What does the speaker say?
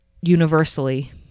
universally